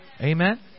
Amen